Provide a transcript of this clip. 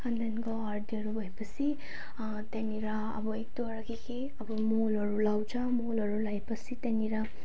अनि त्यहाँको हर्दीहरू भए पछि त्यहाँनेर अब एक दुइवटा के के अब मलहरू लगाउँछ मलहरू लगाए पछि त्यहाँनेर